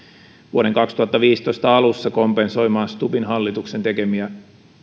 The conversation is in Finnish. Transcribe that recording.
vuoden kaksituhattaviisitoista alussa kompensoimaan stubbin hallituksen tekemiä